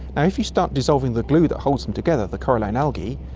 and if you start dissolving the glue that holds them together, the coralline algae,